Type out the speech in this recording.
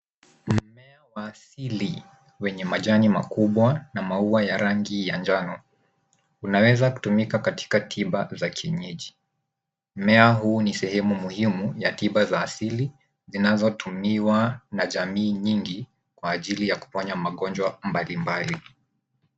Mmea wa asili wenye majani makubwa na maua ya rangi ya njano unawezakutumika katika tiba za kienyeji. Mmea huu ni sehemu muhimu ya tiba za asili zinazotumiwa na jamii nyingi kwa ajili ya kuponya magonjwa mbalimbali.